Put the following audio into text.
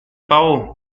bau